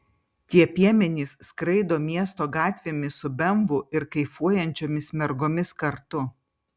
tie piemenys skraido miesto gatvėmis su bemvu ir kaifuojančiomis mergomis kartu